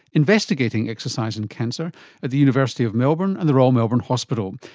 investigating exercise and cancer at the university of melbourne and the royal melbourne hospital,